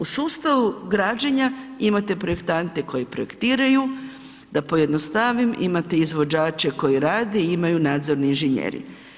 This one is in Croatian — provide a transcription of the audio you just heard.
U sustavu građenja imate projektante koji projektiraju, da pojednostavim, imate izvođače koji rade i imaju nadzorni inženjering.